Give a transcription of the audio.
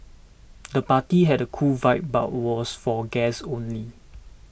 the party had a cool vibe but was for guests only